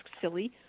silly